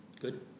Good